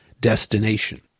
destination